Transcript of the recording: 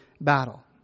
battle